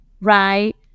right